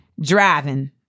driving